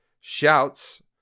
Shouts